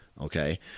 okay